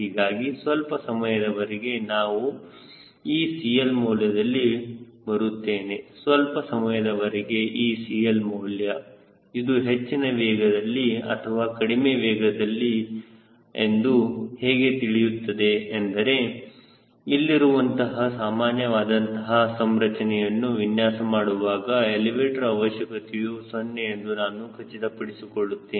ಹೀಗಾಗಿ ಸ್ವಲ್ಪ ಸಮಯದವರೆಗೆ ನಾನು ಈ CL ಮೌಲ್ಯದಲ್ಲಿ ಬರುತ್ತೇನೆ ಸ್ವಲ್ಪ ಸಮಯದವರೆಗೆ ಈ CL ಮೌಲ್ಯ ಇದು ಹೆಚ್ಚಿನ ವೇಗದಲ್ಲಿ ಅಥವಾ ಕಡಿಮೆ ವೇಗದಲ್ಲಿ ಎಂದು ಹೇಗೆ ತಿಳಿಯುತ್ತದೆ ಏಕೆಂದರೆ ಇಲ್ಲಿರುವಂತಹ ಸಾಮಾನ್ಯವಾದಂತಹ ಸಂರಚನೆಯನ್ನು ವಿನ್ಯಾಸ ಮಾಡುವಾಗ ಎಲಿವೇಟರ್ ಅವಶ್ಯಕತೆಯು 0 ಎಂದು ನಾನು ಖಚಿತಪಡಿಸಿಕೊಳ್ಳುತ್ತೇನೆ